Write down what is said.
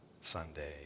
Sunday